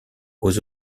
aux